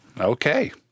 Okay